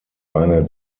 eine